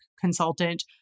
consultant